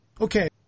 Okay